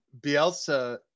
Bielsa